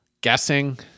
guessing